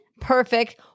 perfect